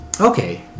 Okay